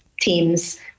teams